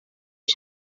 des